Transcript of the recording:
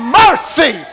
mercy